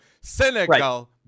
senegal